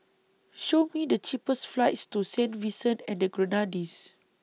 Show Me The cheapest flights to Saint Vincent and The Grenadines